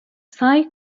سعی